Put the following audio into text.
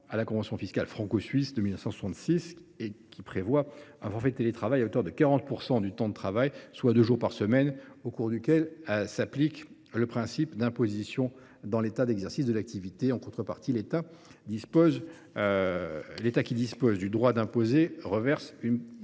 à la convention fiscale franco suisse de 1966. Celui ci prévoit un forfait de télétravail à hauteur de 40 % du temps de travail, soit deux jours par semaine, au cours duquel s’applique le principe d’imposition dans l’État d’exercice de l’activité. En contrepartie, l’État qui dispose du droit d’imposer reverse une